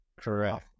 Correct